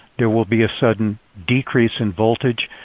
there will be a sudden decrease in voltage.